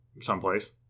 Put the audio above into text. someplace